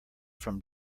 from